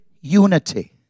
unity